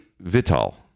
Vital